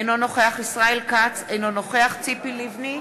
אינו נוכח ישראל כץ, אינו נוכח ציפי לבני,